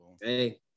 hey